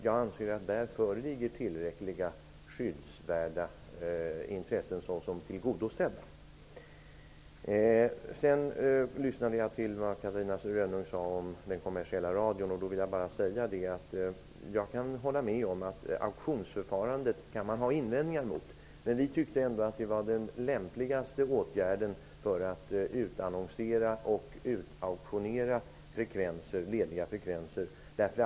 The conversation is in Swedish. Jag anser att de skyddsvärda intressen som föreligger på det området är tillräckligt tillgodosedda. Jag lyssnade till vad Catarina Rönnung sade om den kommersiella radion, och jag kan hålla med om att man kan ha invändningar mot auktionsförfarandet. Vi tyckte ändå att det var den lämpligaste åtgärden för att utannonsera och utauktionera lediga frekvenser.